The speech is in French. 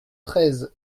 treize